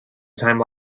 time